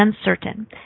uncertain